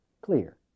clear